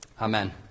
Amen